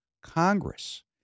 Congress